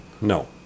No